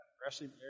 Freshly